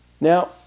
Now